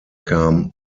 kam